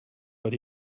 but